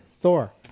Thor